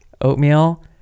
oatmeal